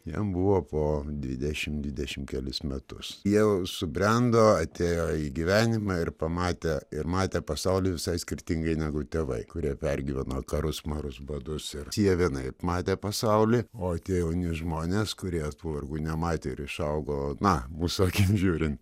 jiem buvo po dvidešim dvidešim kelis metus jau subrendo atėjo į gyvenimą ir pamatė ir matė pasaulį visai skirtingai negu tėvai kurie pergyveno karus marus badus ir tie vienaip matė pasaulį o tie jauni žmonės kurie tų vargų nematė ir išaugo na mūsų akim žiūrin